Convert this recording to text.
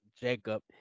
Jacob